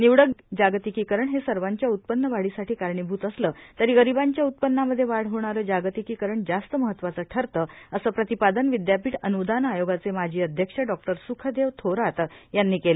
निवडक जागतिकीकरण हे सर्वाच्या उत्पन्न वाढीसाठी कारणीभूत असले तरी गरिबांच्या उत्पन्नामध्ये वाढ होणारे जागतिकीकरण जास्त महत्वाचं ठरते असं प्रतिपादन विद्यापीठ अन्दान आयोगाचे माजी अध्यक्ष डॉक्टर सुखदेव थोरात यांनी केलं